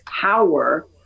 power